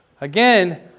Again